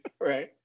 right